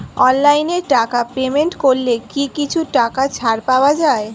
অনলাইনে টাকা পেমেন্ট করলে কি কিছু টাকা ছাড় পাওয়া যায়?